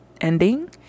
ending